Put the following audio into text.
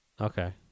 Okay